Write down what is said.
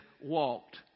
walked